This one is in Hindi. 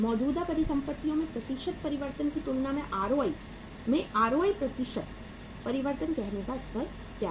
मौजूदा परिसंपत्तियों में प्रतिशत परिवर्तन की तुलना में आरओआई में आरओआई प्रतिशत परिवर्तन कहने का स्तर क्या है